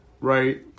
right